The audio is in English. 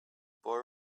boy